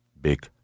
Big